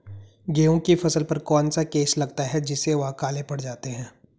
गेहूँ की फसल पर कौन सा केस लगता है जिससे वह काले पड़ जाते हैं?